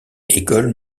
école